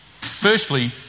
Firstly